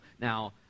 Now